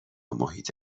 محیط